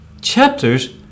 chapters